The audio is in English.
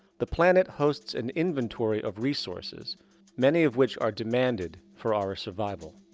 the planet hosts an inventory of resources many of which are demanded for our survival.